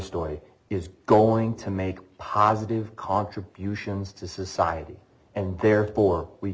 story is going to make positive contributions to society and therefore we